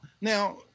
Now